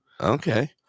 Okay